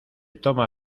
toma